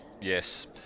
Yes